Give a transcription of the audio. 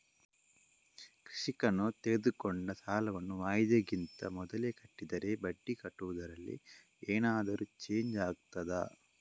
ಕೃಷಿಕನು ತೆಗೆದುಕೊಂಡ ಸಾಲವನ್ನು ವಾಯಿದೆಗಿಂತ ಮೊದಲೇ ಕಟ್ಟಿದರೆ ಬಡ್ಡಿ ಕಟ್ಟುವುದರಲ್ಲಿ ಏನಾದರೂ ಚೇಂಜ್ ಆಗ್ತದಾ?